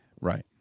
Right